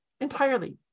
entirely